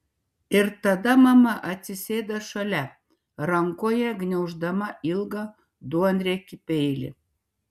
ir tada mama atsisėda šalia rankoje gniauždama ilgą duonriekį peilį